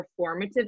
performative